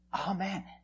Amen